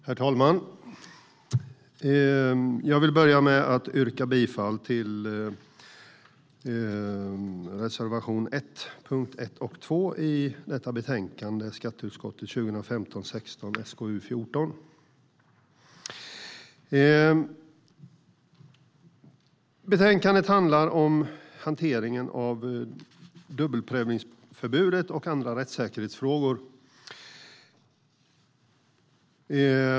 Herr talman! Jag vill börja med att yrka bifall till reservationen i betänkande 2015/16:SkU4. Betänkandet handlar om hanteringen av dubbelprövningsförbudet och andra rättssäkerhetsfrågor.